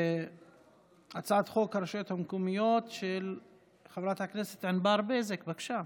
הצעת חוק הרשויות המקומית (מימון בחירות) (תיקון,